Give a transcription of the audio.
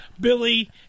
Billy